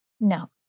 No